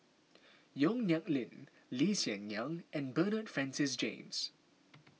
Yong Nyuk Lin Lee Hsien Yang and Bernard Francis James